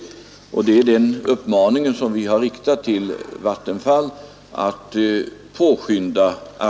Det är den uppmaningen att päskynda arbetet som vi riktat till Vattenfall.